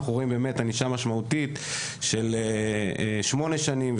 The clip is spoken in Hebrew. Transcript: אנחנו רואים באמת ענישה משמעותית של שמונה שנים,